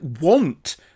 want